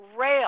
rail